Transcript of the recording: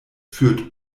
führt